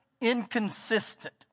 inconsistent